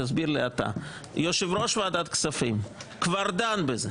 תסביר לי אתה: יושב-ראש ועדת הכספים כבר דן בזה.